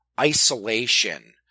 isolation